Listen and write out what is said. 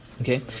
Okay